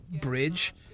bridge